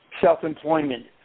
self-employment